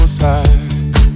side